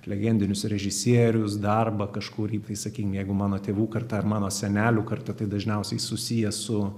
legendinius režisierius darbą kažkurį tai sakykim jeigu mano tėvų karta ar mano senelių karta tai dažniausiai susiję su